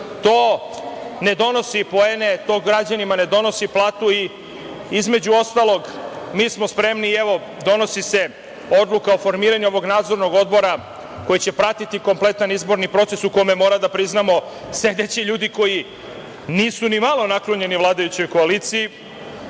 to ne donosi poene, to građanima ne donosi platu. Između ostalog, mi smo spremni, evo, donosi se odluka o formiranju ovog nadzornog odbora koji će pratiti kompletan izborni proces u kome, moramo da priznamo, sedeće ljudi koji nisu ni malo naklonjeni vladajućoj koaliciji,